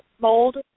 mold